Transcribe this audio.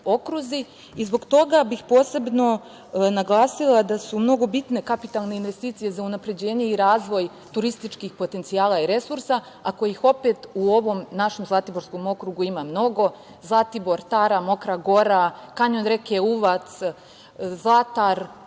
i zbog toga bih posebno naglasila da su mnogo bitne kapitalne investicije za unapređenje i razvoj turističkih potencijala i resursa, a kojih opet u ovom našem, Zlatiborskom, okrugu ima mnogo . Zlatibor, Tara, Mokra Gora, Kanjon reke Uvac, Zlatar,